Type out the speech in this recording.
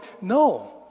No